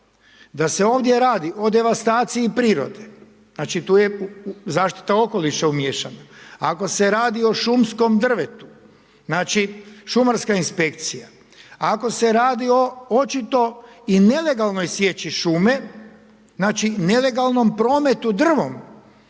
da se ovdje radi o devastaciji prirode, znači tu je zaštita okoliša umiješana, ako se radi o šumskom drvetu, znači šumarska inspekcija, ako se radi o očito i nelegalnoj sječi šume, znači nelegalnom prometu drvom,